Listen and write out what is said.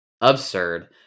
absurd